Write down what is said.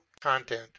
content